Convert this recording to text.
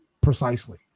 precisely